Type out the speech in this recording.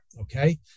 Okay